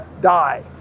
die